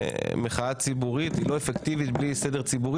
מחאה ציבורית לא אפקטיבית בלי אי-סדר ציבורי.